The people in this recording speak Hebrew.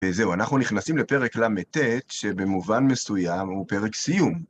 וזהו. אנחנו נכנסים לפרק ל"ט, שבמובן מסוים הוא פרק סיום.